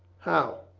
how?